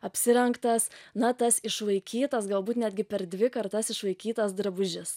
apsirengtas na tas išvaikytas galbūt netgi per dvi kartas išvaikytas drabužis